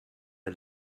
der